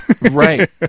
right